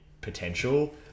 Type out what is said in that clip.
potential